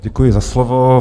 Děkuji za slovo.